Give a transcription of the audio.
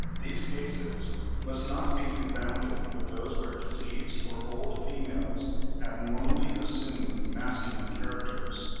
these cases must not be confounded with those where diseased or old females abnormally assume masculine characters,